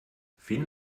finn